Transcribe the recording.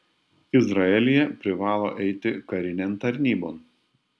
izraelyje privalo eiti karinėn tarnybon